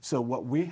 so what we